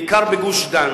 בעיקר לגוש-דן.